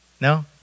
No